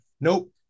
nope